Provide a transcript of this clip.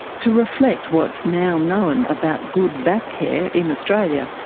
to reflect what's now known about good back care in australia,